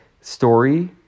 story